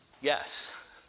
yes